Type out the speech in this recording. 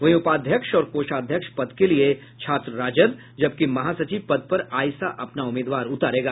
वहीं उपाध्यक्ष और कोषाध्यक्ष पद के लिये छात्र राजद जबकि महासचिव पद पर आईसा अपना उम्मीदवार उतारेगा